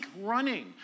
running